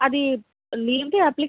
అది లివ్దే అప్లి